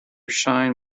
shine